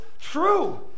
true